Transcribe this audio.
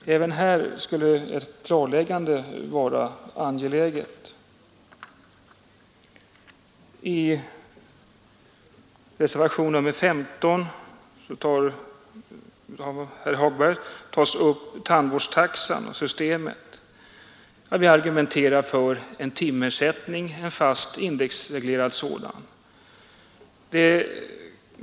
Även i det fallet skulle ett klarläggande vara värdefullt. I reservationen XV tar sedan herr Hagberg upp frågan om tandvårdstaxan och det föreslagna taxesystemet. Reservanten tillstyrker där en fast, indexreglerad timersättning.